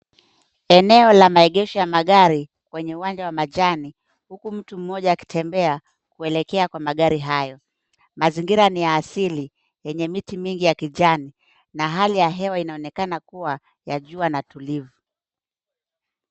Eneo la maegesho ya magari kwenye uwanja wa majani, huku mtu mmoja akitembea kuelekea kwa magari hayo. Mazingira ni ya asili yenye miti mingi ya kijani na hali ya hewa inaonekana kuwa ya jua na tulivu.